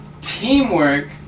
teamwork